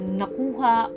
nakuha